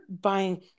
buying